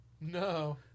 No